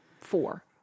four